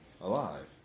Alive